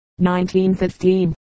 1915